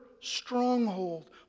stronghold